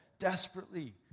Desperately